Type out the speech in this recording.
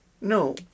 No